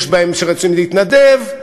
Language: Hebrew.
יש בהם שרוצים להתנדב,